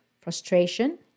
frustration